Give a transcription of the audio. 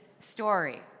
story